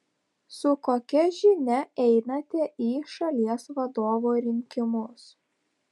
su kokia žinia einate į šalies vadovo rinkimus